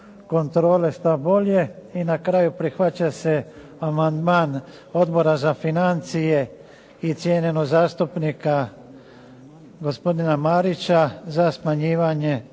kontrole što bolje. I na kraju, prihvaća se amandman Odbora za financije i cijenjenog zastupnika gospodina Marića za smanjivanje